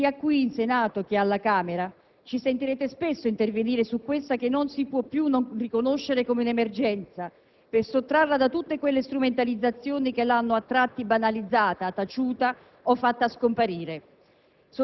Sia qui in Senato che alla Camera ci sentirete spesso intervenire su questa che non si può più considerare come un'emergenza, per sottrarla da tutte quelle strumentalizzazioni che l'hanno a tratti banalizzata, taciuta, o fatta scomparire.